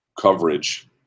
coverage